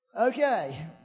Okay